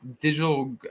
digital